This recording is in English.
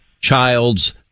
child's